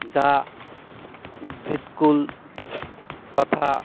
যা উদ্ভিদকুল তথা